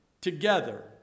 together